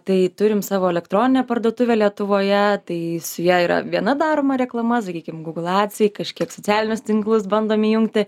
tai turim savo elektroninę parduotuvę lietuvoje tai su ja yra viena daroma reklama sakykim gūgl edsai kažkiek socialinius tinklus bandom įjungti